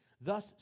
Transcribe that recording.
Thus